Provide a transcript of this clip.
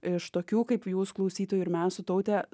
iš tokių kaip jūs klausytojai ir mes su taute